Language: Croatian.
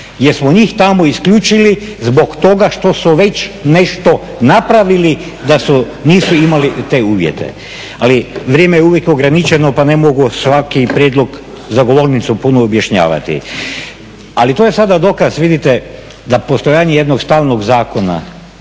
smo njih tamo isključili zbog toga što su već nešto napraviti da nisu imali te uvjete. Ali vrijeme je uvijek ograničeno pa ne mogu svaki prijedlog za govornicom puno objašnjavati. Ali to je sada dokaze, vidite da postojanje jednog stalnog zakona